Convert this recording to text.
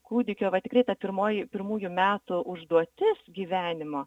kūdikio va tikrai ta pirmoji pirmųjų metų užduotis gyvenimo